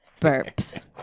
burps